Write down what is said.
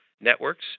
networks